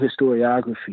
historiography